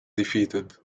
defeated